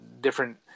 different